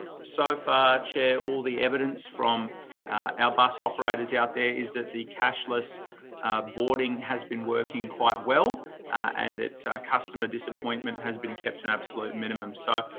so far, chair, all the evidence from our bus operators yeah out there, is that the cashless boarding has been working quite well and that customer disappointment has been kept to an absolute minimum. so,